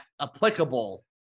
applicable